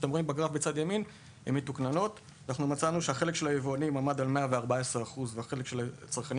אנחנו מצאנו שהחלק של היבואנים עמד על 114% והחלק של הצרכנים